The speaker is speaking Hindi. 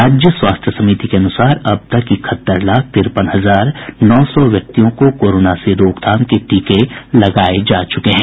राज्य स्वास्थ्य समिति के अनुसार अब तक इकहत्तर लाख तिरपन हजार नौ सौ व्यक्तियों को कोरोना से रोकथाम के टीके लगाये जा चुके हैं